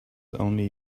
only